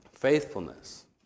Faithfulness